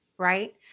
right